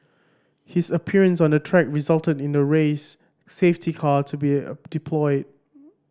his appearance on the track resulted in the race safety car to be deployed